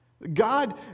God